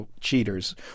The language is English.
cheaters